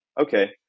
Okay